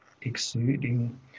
exuding